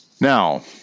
Now